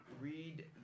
read